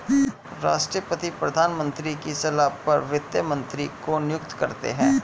राष्ट्रपति प्रधानमंत्री की सलाह पर वित्त मंत्री को नियुक्त करते है